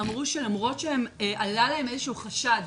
אמרו שלמרות שעלה להם איזשהו חשד